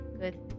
good